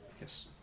yes